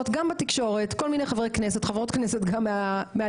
סליחה שאני מפריע, הוא נתן גם לו את